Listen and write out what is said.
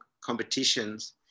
competitions